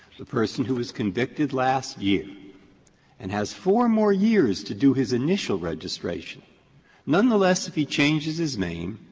the person who was convicted last year and has four more years to do his initial registration nonetheless, if he changes his name,